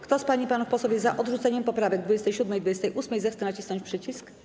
Kto z pań i panów posłów jest za odrzuceniem poprawek 27. i 28., zechce nacisnąć przycisk.